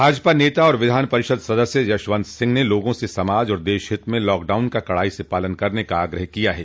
भाजपा नेता और विधान परिषद सदस्य यशवंत सिंह ने लोगों से समाज और देशहित में लॉकडाउन का कड़ाई से पालन करने का आग्रह किया है